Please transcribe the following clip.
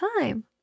time